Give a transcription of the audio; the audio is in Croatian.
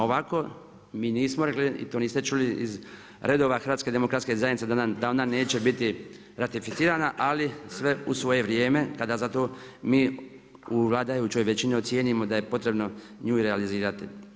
Ovako mi nismo rekli i to nismo čuli iz redova HDZ-a da ona neće biti ratificirana, ali sve u svoje vrijeme, kada za to mi u vladajućoj većini ocijenimo da je potrebno nju realizirati.